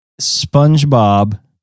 SpongeBob